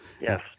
Yes